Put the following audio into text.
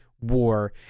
War